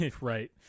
Right